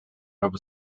nova